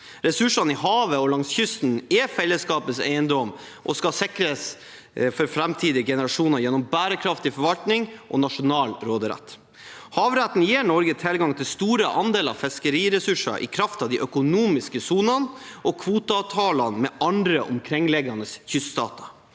Ressursene i havet og langs kysten er fellesskapets eiendom og skal sikres for framtidige generasjoner gjennom bærekraftig forvaltning og nasjonal råderett. Havretten gir Norge tilgang til store andeler fiskeriressurser i kraft av de økonomiske sonene og kvoteavtaler med andre omkringliggende kyststater.